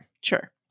Sure